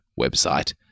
website